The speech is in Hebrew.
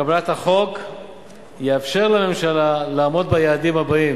קבלת החוק תאפשר לממשלה לעמוד ביעדים האלה,